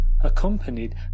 accompanied